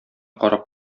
карап